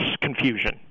confusion